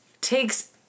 takes